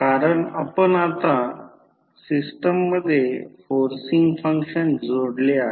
कारण आता आपण सिस्टम मध्ये फोर्सिन्ग फंक्शन जोडले आहे